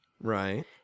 Right